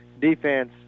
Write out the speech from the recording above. defense